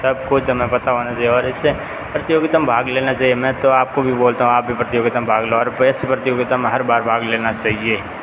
सब कुछ हमें पता होना चाहिए और इस से प्रतियोगिता में भाग लेना चाहिए मैं तो आप को भी बोलता हूँ आप भी प्रतियोगिता में भाग लो और प्रेस प्रतियोगिता हर बार भाग लेना चाहिए